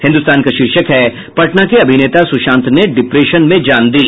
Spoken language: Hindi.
हिन्दुस्तान का शीर्षक है पटना के अभिनेता सुशांत ने डिप्रेशन में जान दी